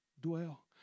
dwell